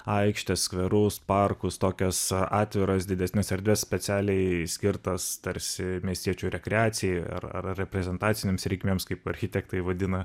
aikštes skverus parkus tokias atviras didesnes erdves specialiai skirtas tarsi miestiečių rekreacijai ar ar reprezentacinėms reikmėms kaip architektai vadina